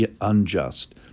unjust